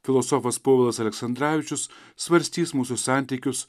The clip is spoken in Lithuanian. filosofas povilas aleksandravičius svarstys mūsų santykius